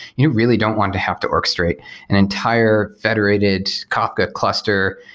you really don't want to have to orchestrate an entire federated kafka cluster,